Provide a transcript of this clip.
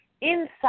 inside